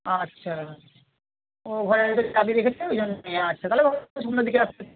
আচ্ছা ও ঘরের ভিতর চাবি রেখেছে ওইজন্যে আচ্ছা তাহলে আসতে